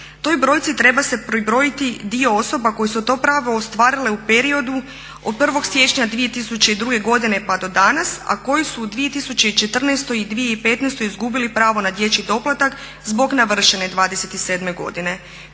Toj brojci treba se pribrojiti dio osoba koji su to pravo ostvarile u periodu od 1. siječnja 2002. godine pa do danas, a koji su u 2014. i 2015. izgubili pravo na dječji doplatak zbog navršene 27 godine.